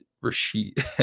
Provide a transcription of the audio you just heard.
Rashid